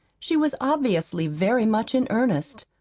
she was obviously very much in earnest.